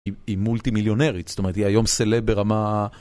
היא מולטי מיליונרית, זאת אומרת היא היום סלב ברמה...